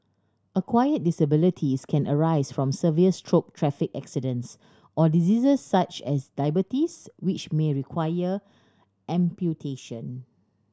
acquired disabilities can arise from severe stroke traffic accidents or diseases such as diabetes which may require amputation